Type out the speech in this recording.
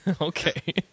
Okay